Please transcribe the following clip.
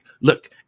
look